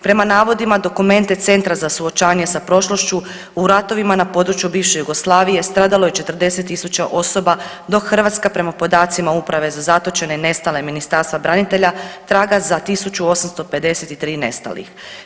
Prema navodima dokumente Centra za suočavanje s prošlošću u ratovima na području bivše Jugoslavije, stradalo je 40 tisuća osoba, dok Hrvatska prema podacima Uprave za zatočene i nestale Ministarstva branitelja, traga za 1 853 nestalih.